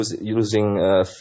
using